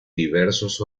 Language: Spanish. diversos